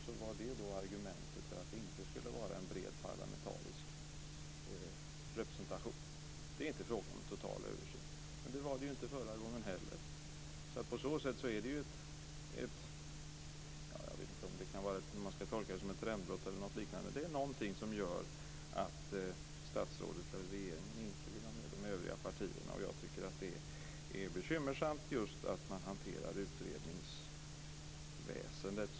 Det var då argumentet för att det inte skulle vara en bred parlamentarisk representation. Det är inte fråga om en total översyn. Det var det inte förra gången heller. Jag vet inte om man ska tolka det som ett trendbrott eller något liknande. Men det är någonting som gör att statsrådet och regeringen inte vill ha med övriga partierna. Jag tycker att det är bekymmersamt att man hanterar utredningsväsendet på det sättet.